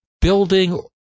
building